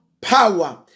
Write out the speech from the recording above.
power